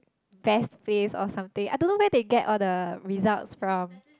best place or something I don't know where they get all the results from